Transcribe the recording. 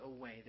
away